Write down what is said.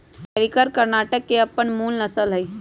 हल्लीकर कर्णाटक के अप्पन मूल नसल हइ